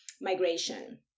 migration